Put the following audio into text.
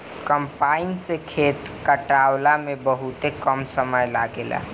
combine से खेत कटावला में बहुते कम समय लागेला